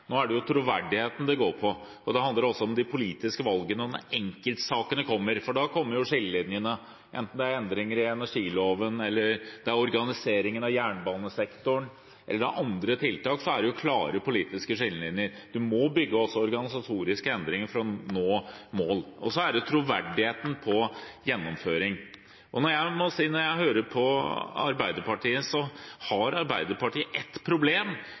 Nå er det troverdigheten det går på. Det handler også om de politiske valgene, og når enkeltsakene kommer, kommer også skillelinjene fram. Enten det handler om endringer i energiloven, organisering av jernbanesektoren eller andre tiltak, er det klare politiske skillelinjer. Man må bygge også organisatoriske endringer for å nå mål, og så handler det også om troverdighet med hensyn til gjennomføring. Når jeg hører på Arbeiderpartiet, har de ett problem